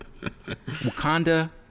Wakanda